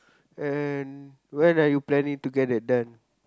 and when are you planning to get that done